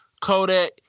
Kodak